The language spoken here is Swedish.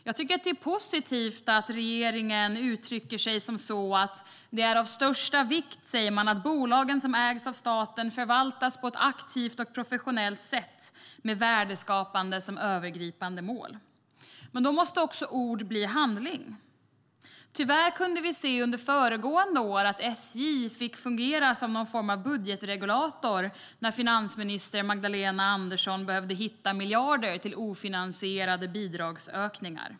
Jag tycker att det är positivt att regeringen uttrycker att det är av största vikt att bolagen som ägs av staten förvaltas på ett aktivt och professionellt sätt, med värdeskapande som övergripande mål. Men då måste också ord bli handling. Under föregående år fick vi tyvärr se att SJ fick fungera som någon form av budgetregulator när finansminister Magdalena Andersson behövde hitta miljarder till ofinansierade bidragsökningar.